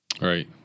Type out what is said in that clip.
Right